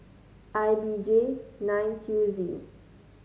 I B J nine Q Z